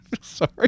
sorry